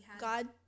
God